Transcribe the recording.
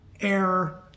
error